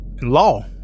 law